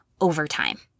overtime